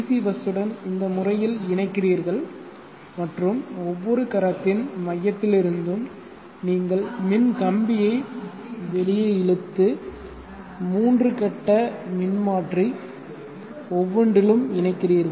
C பஸ்ஸுடன் இந்த முறையில் இணைக்கிறீர்கள் மற்றும் ஒவ்வொரு கரத்தின் மையத்திலிருந்தும் நீங்கள் மின் கம்பியை வெளியே இழுத்து 3 கட்ட மின்மாற்றி ஒவ்வொன்றிலும் இணைக்கிறீர்கள்